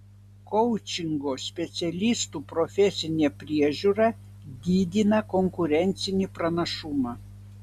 koučingo specialistų profesinė priežiūra didina konkurencinį pranašumą